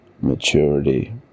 maturity